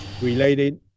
related